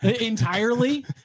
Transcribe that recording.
entirely